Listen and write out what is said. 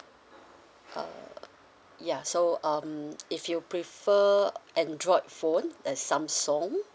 uh ya so um if you prefer android phone as samsung